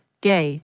Gay